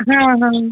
हाँ हाँ